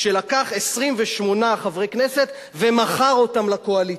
כשלקח 28 חברי כנסת ומכר אותם לקואליציה.